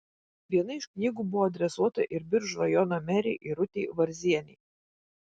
viena iš knygų buvo adresuota ir biržų rajono merei irutei varzienei